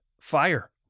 fire